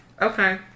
Okay